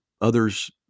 others